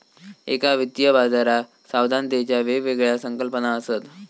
एका वित्तीय बाजाराक सावधानतेच्या वेगवेगळ्या संकल्पना असत